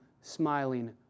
smiling